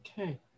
okay